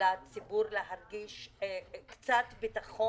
לציבור להרגיש קצת ביטחון